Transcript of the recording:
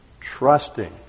trusting